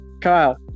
Kyle